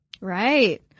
Right